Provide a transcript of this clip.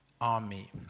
Army